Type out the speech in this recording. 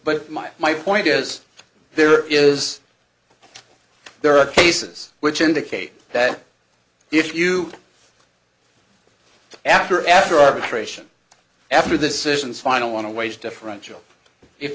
but my my point is there is there are cases which indicate that if you after after arbitration after the sessions final want to waste differential if